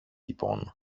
λοιπόν